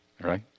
Right